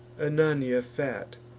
anagnia fat,